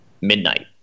midnight